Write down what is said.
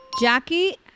Jackie